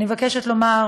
אני מבקשת לומר